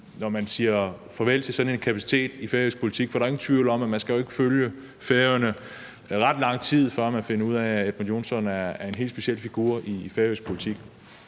når man siger farvel til sådan en kapacitet i færøsk politik, for der er jo ingen tvivl om, at man ikke skal følge Færøerne i ret lang tid, før man finder ud af, at hr. Edmund Joensen er en helt speciel figur i færøsk politik,